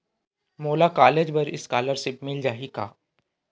मोला कॉलेज बर स्कालर्शिप मिल जाही का?